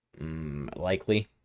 likely